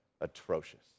atrocious